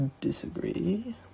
disagree